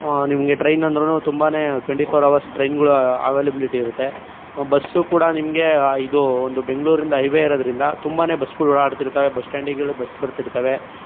ನಿಮಗೆ ಟ್ರೈನ್ ಅಂದ್ರೂ ತುಂಬನೇ ಟ್ವೆಂಟಿ ಪೋರ್ ಹವರ್ಸ್ ಟ್ರೈನ್ಗಳು ಅವೈಲೆಬಿಲಿಟಿ ಇರುತ್ತೆ ಬಸ್ಸು ಕೂಡ ನಿಮಗೆ ಇದು ಒಂದು ಬೆಂಗಳೂರಿಂದ ಹೈ ವೆ ಇರೋದ್ರಿಂದ ತುಂಬನೇ ಬಸ್ಗಳು ಓಡಾಡ್ತಿರ್ತಾವೆ ಬಸ್ ಸ್ಟ್ಯಾಂಡಿಗೆಲ್ಲ ಬಸ್ ಬರ್ತಿರ್ತಾವೆ